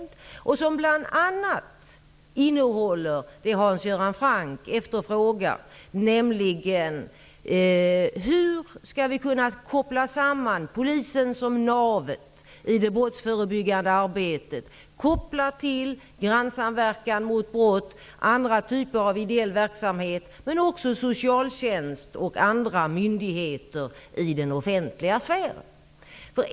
Den behandlar bl.a. det som Hans Göran Franck efterfrågar, nämligen hur vi skall kunna koppla samman polisen, som navet i det brottsförebyggande arbetet, med grannsamverkan mot brott, andra typer av ideell verksamhet, men också socialtjänst och andra myndigheter i den offentliga sfären.